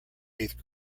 eighth